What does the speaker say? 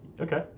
Okay